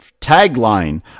tagline